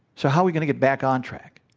so, how are we going to get back on track?